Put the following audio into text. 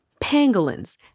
Pangolins